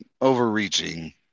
overreaching